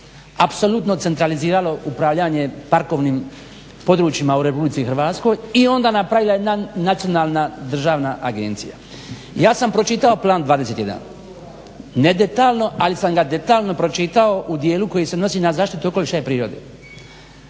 apsolutno centraliziralo upravljanje parkovnim područjima u RH i onda napravila jedna nacionalna državna agencija. Ja sam pročitao Plan 21, ne detaljno ali sam ga detaljno pročitao u dijelu koji se odnosi na zaštitu okoliša i prirode.